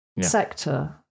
sector